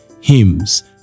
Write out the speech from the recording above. hymns